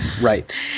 Right